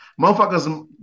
Motherfuckers